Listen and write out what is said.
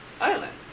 islands